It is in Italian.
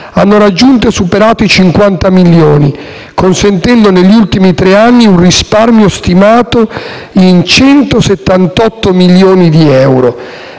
hanno raggiunto e superato i 50 milioni, consentendo, negli ultimi tre anni, un risparmio stimato in 178 milioni di euro.